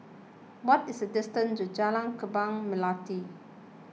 what is the distance to Jalan Kembang Melati